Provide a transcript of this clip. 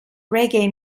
reggae